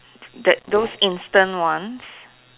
that those instant ones